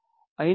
5